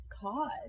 cause